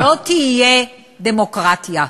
לא תהיה דמוקרטיה.